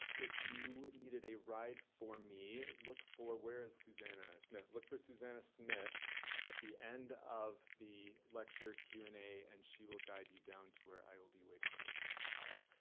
if you needed a ride for me, look for where is susanna smith? look for susanna smith at the end of the lecture q and a, and she will guide you down to where i will be waiting with my car,